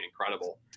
incredible